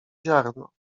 ziarno